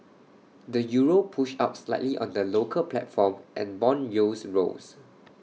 the euro pushed up slightly on the local platform and Bond yields rose